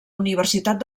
universitat